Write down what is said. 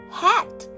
,hat